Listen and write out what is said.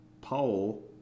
Paul